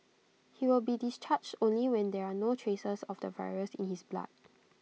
he will be discharged only when there are no traces of the virus in his blood